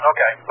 Okay